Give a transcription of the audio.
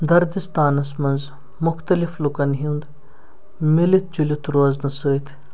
دردِستانَس منٛز مُختلِف لُکَن ہُنٛد میٖلِتھ جُلِتھ روزنہٕ سۭتۍ